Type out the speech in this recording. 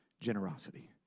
generosity